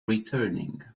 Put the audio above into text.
returning